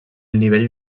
nivell